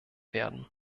werden